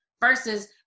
Versus